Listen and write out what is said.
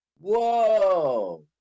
Whoa